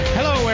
Hello